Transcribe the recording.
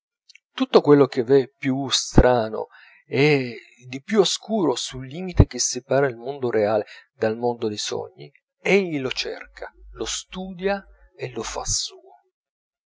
tutto quello che v'è di più strano e di più oscuro sul limite che separa il mondo reale dal mondo dei sogni egli lo cerca lo studia e lo fa suo